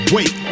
Wait